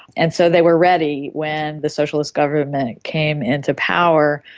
and so they were ready when the socialist government came into power,